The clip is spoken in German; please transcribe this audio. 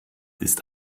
ist